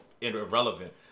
irrelevant